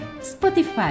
Spotify